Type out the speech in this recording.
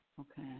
Okay